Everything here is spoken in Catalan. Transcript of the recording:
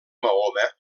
mahoma